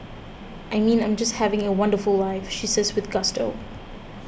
I mean I'm just having a wonderful life she says with gusto